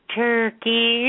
turkey